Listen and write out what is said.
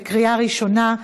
בקריאה ראשונה.